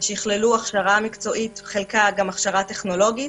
שיכללו הכשרה מקצועית חלקה גם הכשרה טכנולוגית,